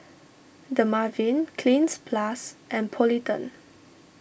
Dermaveen Cleanz Plus and Polident